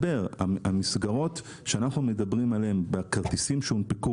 המסגרות שאנחנו מדברים עליהם והכרטיסים שהונפקו